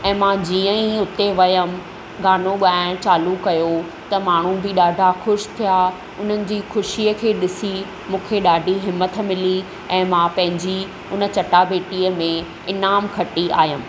ऐं मां जीअं ई हुते वियमि गानो ॻाइणु चालू कयो त माण्हू बि ॾाढा ख़ुशि थिया उन्हनि जी ख़ुशीअ खे ॾिसी मूंखे ॾाढी हिम्मत मिली ऐं मां पंहिंजी हुन चटाभेटीअ में इनाम खटी आयमि